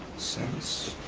since.